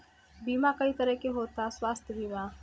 बीमा कई तरह के होता स्वास्थ्य बीमा?